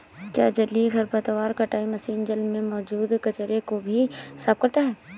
क्या जलीय खरपतवार कटाई मशीन जल में मौजूद कचरे को भी साफ करता है?